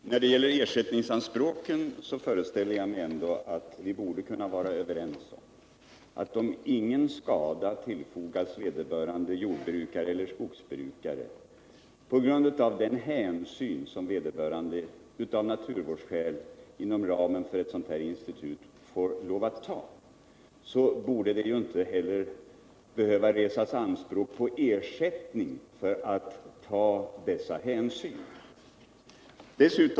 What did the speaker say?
Herr talman! När det gäller ersättningsanspråken föreställer jag mig ändå att vi borde kunna vara överens om att om ingen skada tillfogas en jordbrukare eller skogsbrukare på grund av den hänsyn som vederbörande av naturvårdsskäl inom ramen för ett sådant här institut får lov att ta, borde det inte heller behöva resas anspråk på ersättning för att ta denna hänsyn.